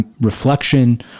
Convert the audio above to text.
reflection